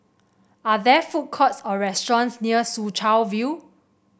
are there food courts or restaurants near Soo Chow View